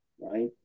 right